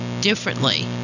differently